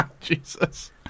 Jesus